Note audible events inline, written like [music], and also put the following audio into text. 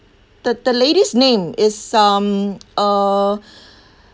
the the lady's name is um uh [breath]